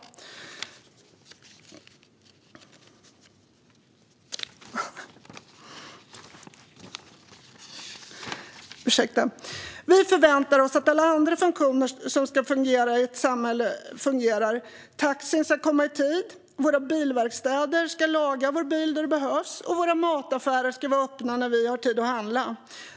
Vi förväntar oss att alla andra funktioner som ska fungera i ett samhälle verkligen fungerar. Taxin ska komma i tid, bilverkstäder ska laga vår bil när det behövs och mataffärerna ska vara öppna när vi har tid att handla.